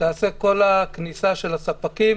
תיעשה כל הכניסה של הספקים